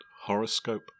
Horoscope